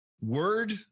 Word